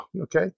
Okay